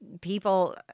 people